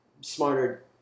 smarter